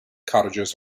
cottages